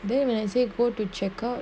then when I say go to check out